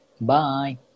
Bye